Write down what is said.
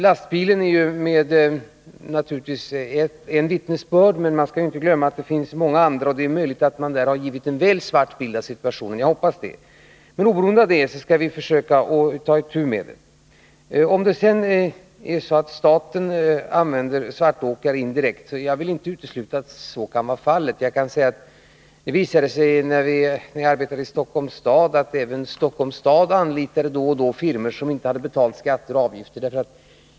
Lastbilen är naturligtvis ett exempel, men man skall inte glömma att det finns många andra, och det är möjligt att man Nr 33 givit en väl svart bild av situationen. Jag hoppas att det är så. Men oberoende Tisdagen den av det skall vi försöka ta itu med saken. 25 november 1980 Jag vill inte utesluta att det kan vara så att staten använder svartåkare. Jag kan säga att det visade sig, när jag arbetade i Stockholms stad, att även Om tullarna på Stockholms stad då och då anlitade firmor som inte hade betalt skatter och frukt och grönsa avgifter.